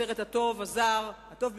לפרס הסרט הטוב ביותר,